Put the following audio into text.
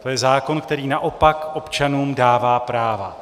To je zákon, který naopak občanům dává práva.